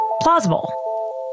plausible